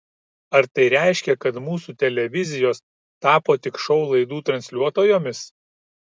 ar tai reiškia kad mūsų televizijos tapo tik šou laidų transliuotojomis